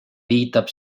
viitab